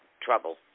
trouble